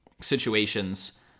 situations